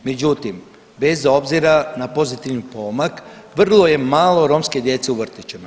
Međutim, bez obzira na pozitivni pomak, vrlo je malo romske djece u vrtićima.